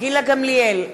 גילה גמליאל,